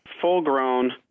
full-grown